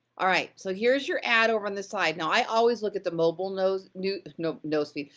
alright, so here's your ad over on the side. now, i always look at the mobile nose, news, nose nose feed,